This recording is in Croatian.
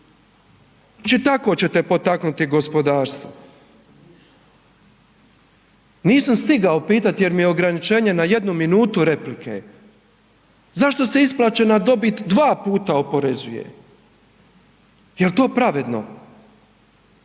će tako ćete potaknuti gospodarstvo? Nisam stigao pitati jer mi je ograničenje na 1 minutu replike. Zašto se isplaćena dobit dva puta oporezuje? Je li to pravedno?